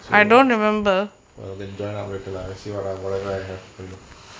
so you can join up reco~ lah see what I whatever I have for you